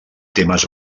temes